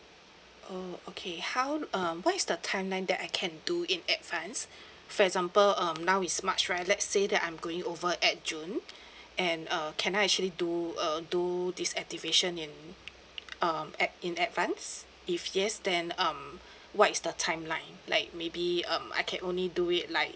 oh okay how um what is the timeline that I can do in advance for example um now is march right let's say that I'm going over at june and err can I actually do uh do this activation in um at in advance if yes then um what is the timeline like maybe um I can only do it like